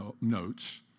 notes